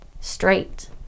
straight